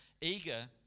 eager